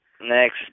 Next